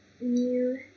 New